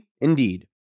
Indeed